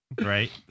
Right